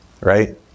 right